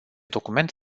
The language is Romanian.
document